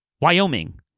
Wyoming